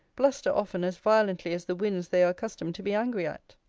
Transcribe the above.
bluster often as violently as the winds they are accustomed to be angry at.